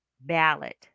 ballot